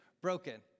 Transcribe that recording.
broken